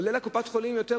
עולה לקופת-החולים פחות,